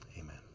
amen